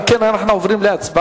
אם כן, אנחנו עוברים להצבעה.